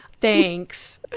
Thanks